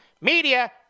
Media